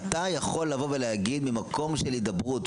אתה יכול לבוא ולהגיד ממקום של הידברות,